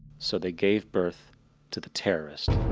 so they gave birth to the terrorist.